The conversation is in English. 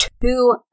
Two